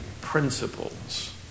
principles